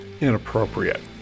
inappropriate